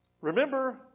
Remember